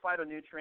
phytonutrients